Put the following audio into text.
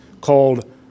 called